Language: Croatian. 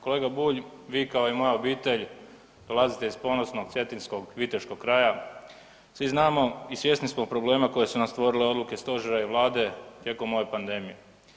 Kolega Bulj, vi kao i moja obitelj dolazite iz ponosnog cetinskog viteškog kraja, svi znamo i svjesni smo problema koje su nam stvorile odluke stožera i Vlade tijekom ove pandemije.